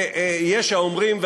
ויש האומרים,